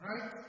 right